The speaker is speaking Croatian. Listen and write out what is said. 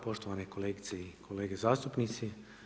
Poštovane kolegice i kolege zastupnice.